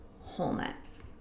wholeness